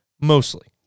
mostly